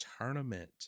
tournament